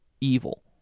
evil